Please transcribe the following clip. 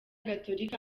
gatolika